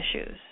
issues